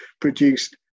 produced